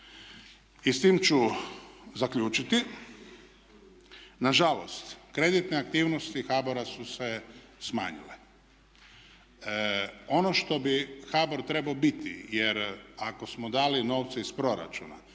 i s tim ću zaključiti, nažalost kreditne aktivnosti HBOR-a su se smanjile. Ono što bi HBOR trebao biti, jer ako smo dali novce iz proračuna,